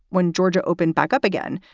when georgia opened back up again,